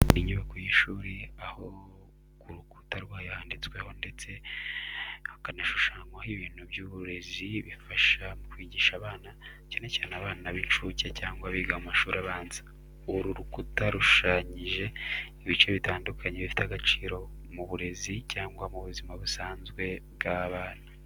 Inyubako y’ishuri aho ku rukuta rwayo handitsweho ndetse hakanashushanwaho ibintu by’uburezi bifasha mu kwigisha abana, cyane cyane abana b’incuke cyangwa abiga mu mashuri abanza. Uru rukuta rushushanyije ibice bitandukanye bifite agaciro mu burezi cyangwa mu buzima busanzwe bw’abana.